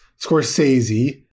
Scorsese